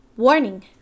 Warning